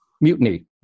Mutiny